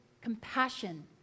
compassion